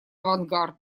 авангард